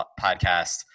podcast